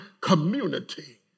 community